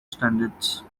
standards